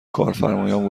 کارفرمایان